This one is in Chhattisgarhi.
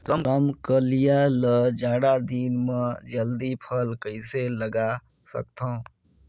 रमकलिया ल जाड़ा दिन म जल्दी फल कइसे लगा सकथव?